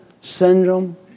syndrome